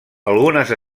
algunes